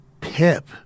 Pip